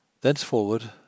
Thenceforward